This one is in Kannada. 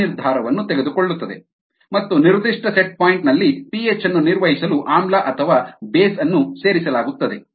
ಆ ನಿರ್ಧಾರವನ್ನು ತೆಗೆದುಕೊಳ್ಳಲಾಗುತ್ತದೆ ಮತ್ತು ನಿರ್ದಿಷ್ಟ ಬಿಂದು ನಲ್ಲಿ ಪಿಹೆಚ್ ಅನ್ನು ನಿರ್ವಹಿಸಲು ಆಮ್ಲ ಅಥವಾ ಬೇಸ್ ಅನ್ನು ಸೇರಿಸಲಾಗುತ್ತದೆ